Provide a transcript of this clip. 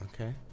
Okay